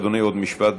אדוני, עוד משפט.